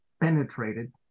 penetrated